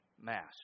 mass